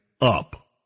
up